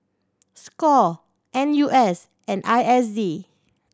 score N U S and I S D